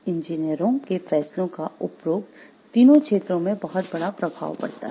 इंजीनियरों के फैसलों का उपरोक्त तीनों क्षेत्रों में बहुत बड़ा प्रभाव पड़ता है